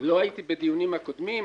לא הייתי בדיונים הקודמים,